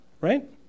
right